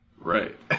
Right